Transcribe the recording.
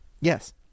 Yes